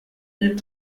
mille